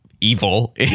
evil